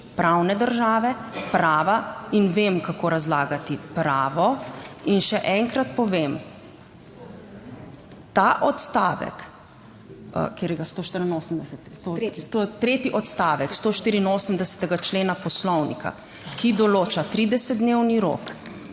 pravne države, prava in vem kako razlagati pravo. In še enkrat povem, ta odstavek, tretji odstavek 184. člena Poslovnika, ki določa 30 dnevni rok,